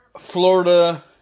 Florida